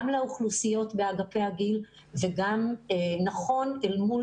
גם לאוכלוסיות באגפי הגיל וגם אל מול